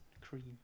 Cream